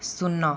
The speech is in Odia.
ଶୂନ